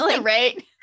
right